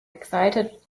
excited